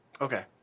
Okay